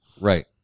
Right